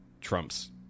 Trump's